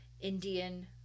Indian